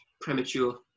premature